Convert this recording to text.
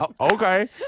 Okay